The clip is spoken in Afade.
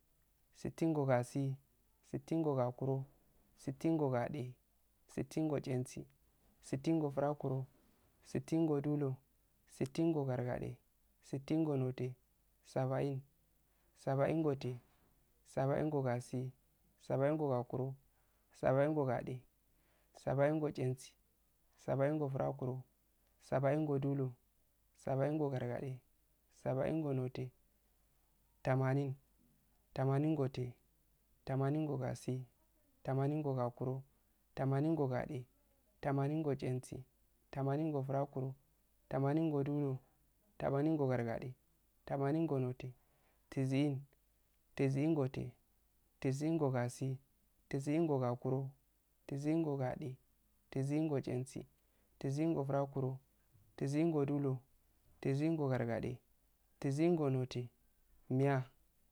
Sittin go gasi, sittin go gakuro, sittin go gade, sittin go tchengi, sittin go frakuro, sittin go dulhu, sittin go garde, sittin go noteh, sabain, sabain go teh, sabain gogasi, sabain go gakuro, sabain go gade, sabain go tchengi, sabain go frakuro, sabain go dulhi, sabain go gargade, sabain go noteh, tamanin, tamanin to teh, tamanin to gasi, tamanin to gakuro, tamanin to gade, tamanin to tchensi,, tamanin to frakuro, tamanin to dulhu, tamanin to garde, tamanin to noteh, tisi'in, tisi'in gote, tisi'in go ggi, tisi'in go gakuro, tisi'in go gade, tisi'in go tchefi, tisi'in go frkuro, tisi'in go dulhu, tisi'in go gargade, tisi'in go noteh, mmiyya.